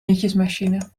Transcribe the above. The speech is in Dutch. nietjesmachine